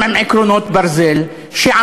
מה